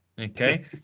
Okay